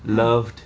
loved